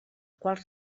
quals